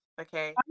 Okay